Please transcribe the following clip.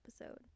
episode